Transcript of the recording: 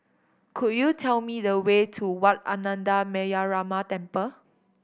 could you tell me the way to Wat Ananda Metyarama Temple